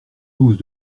douze